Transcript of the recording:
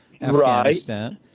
Afghanistan